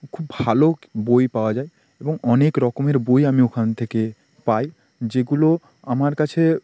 খুব ভালো বই পাওয়া যায় এবং অনেক রকমের বই আমি ওখান থেকে পাই যেগুলো আমার কাছে